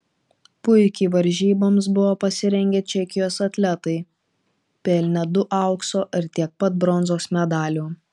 puikiai varžyboms buvo pasirengę čekijos atletai pelnė du aukso ir tiek pat bronzos medalių